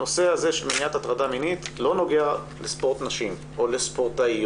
הנושא הזה של מניעת הטרדה מינית לא נוגע לספורט נשים או לספורטאיות.